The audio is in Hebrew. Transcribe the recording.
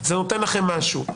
זה נותן לכם משהו.